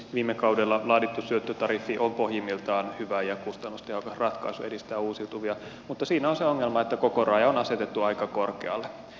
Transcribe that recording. viime kaudella laadittu syöttötariffi on pohjimmiltaan hyvä ja kustannustehokas ratkaisu edistää uusiutuvia mutta siinä on se ongelma että kokoraja on asetettu aika korkealle